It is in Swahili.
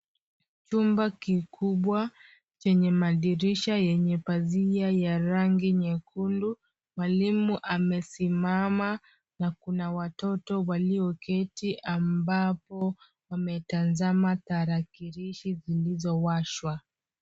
Chumba kikubwa chenye madirisha yenye pazia ya rangi nyekundu mwalimu amesimama na kuna watoto walioketi ambapo wametazama tarakilishi zilizowashwa.